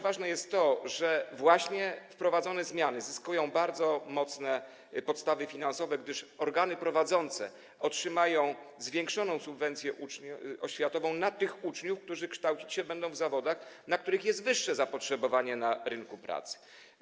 Ważne jest także to, że właśnie wprowadzane zmiany zyskują bardzo mocne podstawy finansowe, gdyż organy prowadzące otrzymają zwiększoną subwencję oświatową na tych uczniów, którzy będą się kształcić w zawodach, na które jest wyższe zapotrzebowanie na rynku pracy.